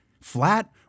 Flat